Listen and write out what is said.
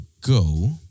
go